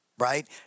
right